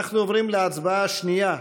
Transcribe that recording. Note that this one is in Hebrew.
אנחנו עוברים להצבעה על הוועדה השנייה: